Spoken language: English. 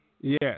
Yes